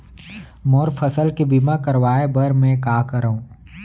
मोर फसल के बीमा करवाये बर में का करंव?